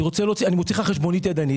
אני מוציא לך חשבונית ידנית,